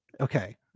okay